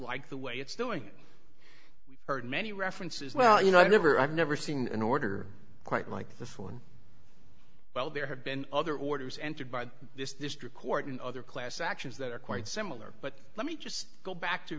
like the way it's doing we've heard many references well you know i never i've never seen an order quite like this one well there have been other orders entered by this district court and other class actions that are quite similar but let me just go back to